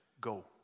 Go